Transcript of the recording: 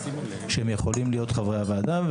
שהם יכולים להיות חברי הוועדה,